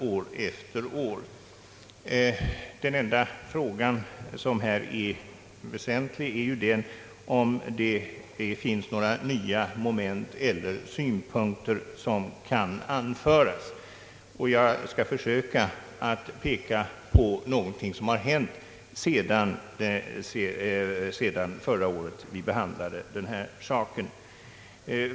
Det enda som är väsentligt här är om det finns några nya moment eller synpunkter som kan anföras. Jag skall försöka att peka på någonting som har hänt sedan vi förra året behandlade denna sak.